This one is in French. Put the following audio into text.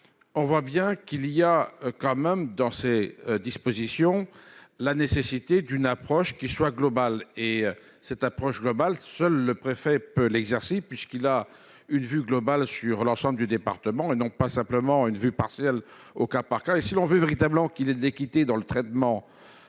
on voit bien qu'il y a quand même dans ces dispositions, la nécessité d'une approche qui soit globale et cette approche globale, seul le préfet peut l'exercer, puisqu'il a une vue globale sur l'ensemble du département et non pas simplement une vue partielle au cas par cas et si l'on veut véritablement qu'il de l'équité dans le traitement,